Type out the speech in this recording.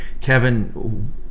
Kevin